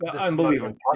unbelievable